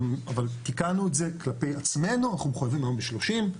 אבל תיקנו את זה כלפי עצמנו אנחנו מחויבים היום ב-30%,